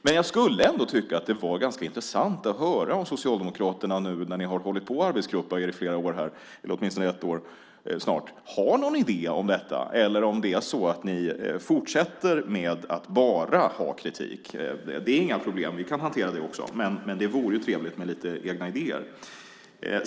Men jag skulle ändå tycka att det vore ganska intressant att höra om ni socialdemokrater, som hållit på att arbetsgruppa er i snart ett år, har någon idé om detta eller om ni fortsätter med att bara ha kritik. I så fall är det är inga problem; vi kan hantera det också. Men det vore ju trevligt med lite egna idéer.